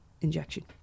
injection